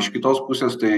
iš kitos pusės tai